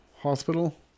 hospital